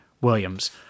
Williams